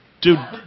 dude